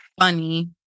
funny